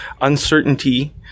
uncertainty